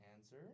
answer